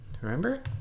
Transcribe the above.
remember